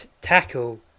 tackle